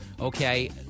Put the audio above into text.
Okay